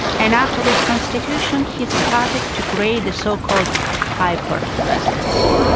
and after this constitution he started to create the so-called hyper-presidency.